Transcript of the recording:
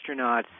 astronauts